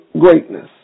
greatness